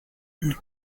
and